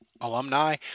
alumni